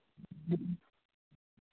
ᱦᱮᱸ